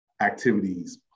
activities